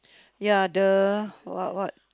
ya the what what